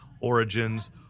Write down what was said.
Origins